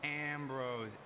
Ambrose